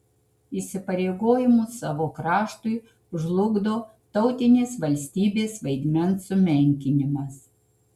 įsipareigojimus savo kraštui žlugdo tautinės valstybės vaidmens sumenkinimas